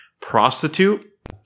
prostitute